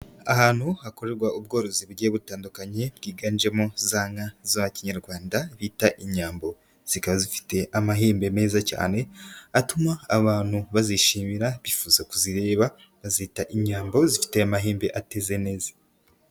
Ahantu hakorerwa ubworozi bugiye butandukanye bwiganjemo za nka za kinyarwanda bita Inyambo, zikaba zifite amahembe meza cyane atuma abantu bazishimira bifuza kuzireba, bazita Inyambo zifite amahembe ateze neza.